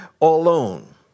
alone